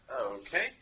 Okay